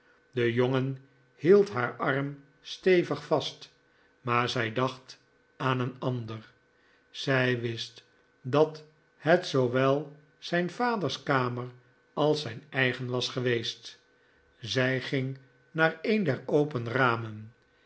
de jongen hield haar arm stevig vast maar zij dacht aan een ander zij wist dat het zoowel zijn vaders kamer als zijn eigen was geweest zij ging naar een der open ramen